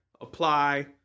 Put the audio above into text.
apply